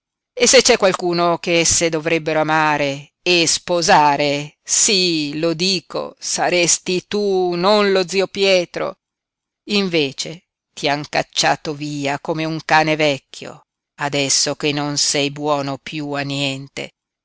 e se c'è qualcuno ch'esse dovrebbero amare e sposare sí lo dico saresti tu non lo zio pietro invece ti han cacciato via come un cane vecchio adesso che non sei buono piú a niente